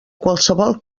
qualsevol